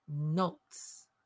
notes